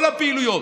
כל הפעילויות.